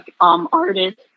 artist